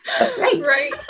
Right